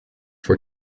for